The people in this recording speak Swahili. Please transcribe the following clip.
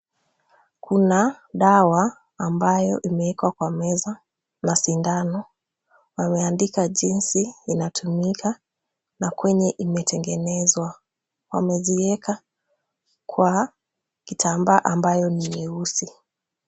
Kuna dawa ambayo imeekwa kwa meza na sindano wameandika jinsi inatumika na kwenye imetengenezwa. Wamezieka kwa kitambaa ambayo ni nyeusi.